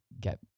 get